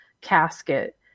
casket